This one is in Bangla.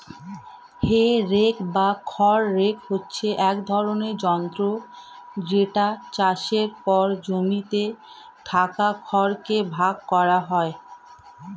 হে রেক বা খড় রেক হচ্ছে এক ধরণের যন্ত্র যেটা চাষের পর জমিতে থাকা খড় কে ভাগ করা হয়